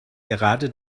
gerade